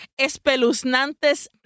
espeluznantes